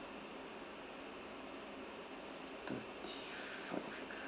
thirty five